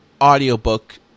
audiobook